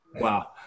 Wow